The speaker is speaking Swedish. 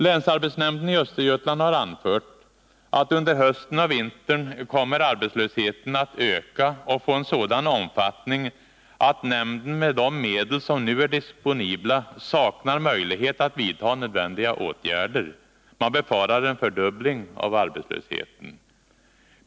Länsarbetsnämnden i Östergötland har anfört att arbetslösheten under hösten och vintern kommer att öka och få en sådan omfattning att nämnden med de medel som nu är disponibla saknar möjlighet att vidta nödvändiga åtgärder. Man befarar en fördubbling av arbetslösheten.